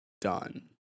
done